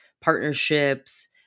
partnerships